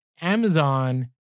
Amazon